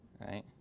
right